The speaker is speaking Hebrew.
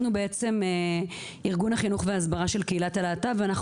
אנחנו בעצם ארגון החינוך וההסברה של קהילת הלהט"ב ואנחנו